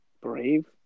Brave